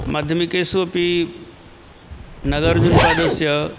माध्यमिकेषु अपि नागार्जुनपादस्य